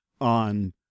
on